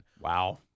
Wow